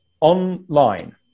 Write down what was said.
online